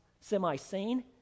semi-sane